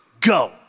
Go